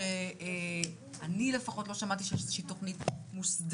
אני לפחות לא שמעתי שיש איזושהי תוכנית מוסדרת